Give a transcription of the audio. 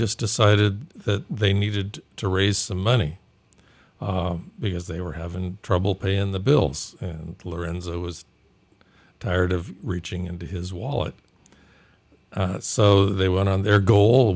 just decided that they needed to raise some money because they were having trouble paying the bills lorenza was tired of reaching into his wallet so they went on their go